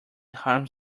harms